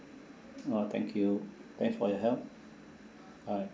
oh thank you thanks for your help bye